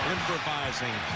Improvising